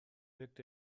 wirkt